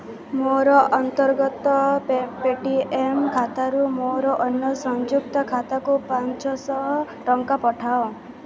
ମୋର ଅନ୍ତର୍ଗତ Paytm ଖାତାରୁ ମୋର ଅନ୍ୟ ସଂଯୁକ୍ତ ଖାତାକୁ ପାଞ୍ଚଶହ ଟଙ୍କା ପଠାଅ